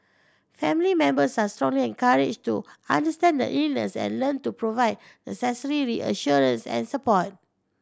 family members are strongly encouraged to understand the illness and learn to provide necessary reassurance and support